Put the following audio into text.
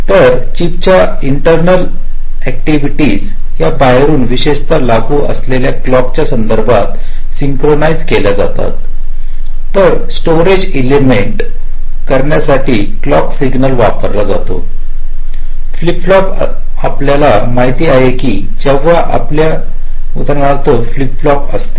तर चिपच्या internal activities या बाहेरून विशेषत लागू असलेल्या क्लॉकच्या संदर्भात सिंक्रोनाइज केले जातात तर स्टोरेज एडलमेंट सिंक्रोनाइज करण्यासाठी क्लॉक सिग्नल वापरला जातो फ्लिप फ्लॉप आपल्याला माहती आहे की जेव्हा आपल्या किे उदाहरणार्थ फ्लिप फ्लॉप असते